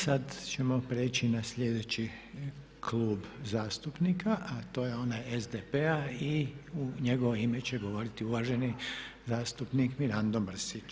Sada ćemo preći na sljedeći Klub zastupnika a to je onaj SDP-a i u njegovo ime će govoriti uvaženi zastupnik Mirando Mrsić.